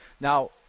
now